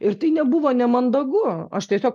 ir tai nebuvo nemandagu aš tiesiog